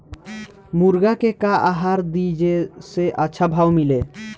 मुर्गा के का आहार दी जे से अच्छा भाव मिले?